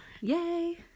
Yay